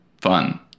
fun